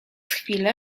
chwilę